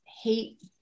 hate